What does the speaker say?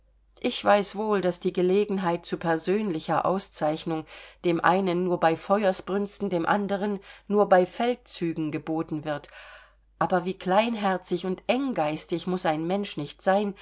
ich weiß wohl daß die gelegenheit zu persönlicher auszeichnung dem einen nur bei feuersbrünsten dem anderen nur bei feldzügen geboten wird aber wie kleinherzig und enggeistig muß ein mensch nicht sein